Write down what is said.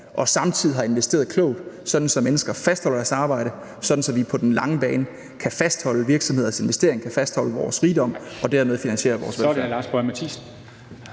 og samtidig har investeret klogt, sådan at mennesker fastholder deres arbejde, så vi på den lange bane kan fastholde virksomheders investering, fastholde vores rigdom og dermed finansiere vores velfærd.